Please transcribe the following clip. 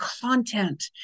content